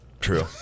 True